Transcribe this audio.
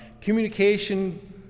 communication